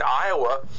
Iowa